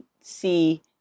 see